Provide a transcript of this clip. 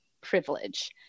privilege